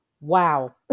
Wow